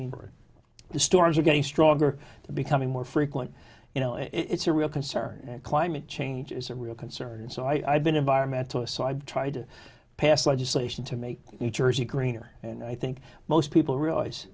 where the storms are getting stronger becoming more frequent you know it's a real concern climate change is a real concern and so i've been environmentalist so i've tried to pass legislation to make new jersey greener and i think most people realize